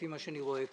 לפי מה שאני רואה כאן.